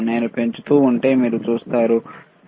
నేను పెంచుతూ ఉంటే మీరు చూస్తారా